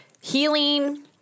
healing